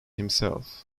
himself